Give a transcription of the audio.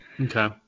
okay